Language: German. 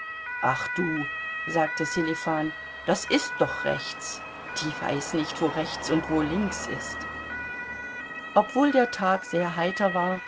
ach du sagte sselifan das ist doch rechts die weiß nicht wo rechts und wo links ist obwohl der tag sehr heiter war